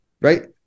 right